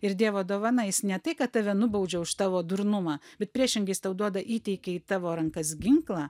ir dievo dovana jis ne tai kad tave nubaudžia už tavo durnumą bet priešingai jis tau duoda įteikia į tavo rankas ginklą